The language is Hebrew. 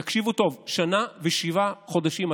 תקשיבו טוב: שנה ושבעה חודשים.